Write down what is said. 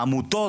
העמותות,